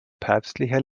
päpstlicher